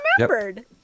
remembered